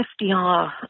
FDR